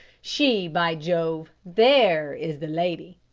she by jove, there is the lady!